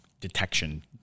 detection